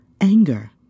anger